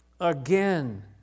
Again